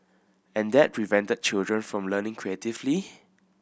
and that prevented children from learning creatively